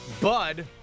Bud